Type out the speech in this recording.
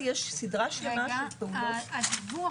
הדיווח,